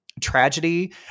tragedy